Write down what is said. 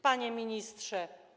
Panie Ministrze!